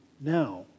Now